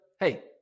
hey